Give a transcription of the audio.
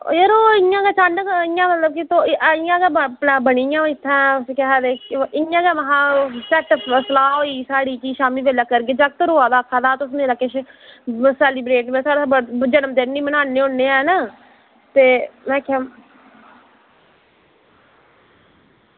यरो इ'यां गै अचानक इ'यां गै मतलब इ'यां गै प्लान बनी गेआ इत्थें ओह् केह् आखदे इ'यां गै महा झट्ट सलाह् होई साढ़ी कि शामीं बेल्लै करगे जागत रोआ दा हा आखा दा हा तुस मेरा किश सेलीब्रेट साढ़ा जनमदिन निं मन्नाने होन्ने ऐन न ते में आखेआ